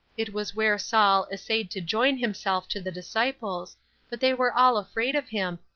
it was where saul essayed to join himself to the disciples but they were all afraid of him,